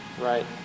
right